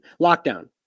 lockdown